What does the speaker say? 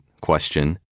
Question